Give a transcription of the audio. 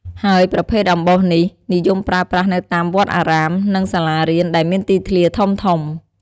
ហើយប្រភេទអំបោសនេះ និយមប្រើប្រាស់នៅតាមវត្តអារាម និងសាលារៀន ដែលមានទីធ្លាធំៗ ។